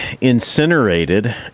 incinerated